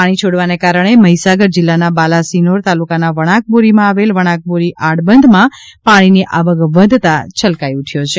પાણી છોડવાને કારણે મહીસાગર જિલ્લાના બાલાસિનોર તાલુકાના વણાકબોરીમાં આવેલ વણાકબોરી આડબંધમાં પાણીની આવક વધતા છલકાઈ ઉઠ્યો છે